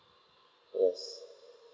yes